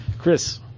Chris